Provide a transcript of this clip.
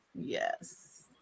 Yes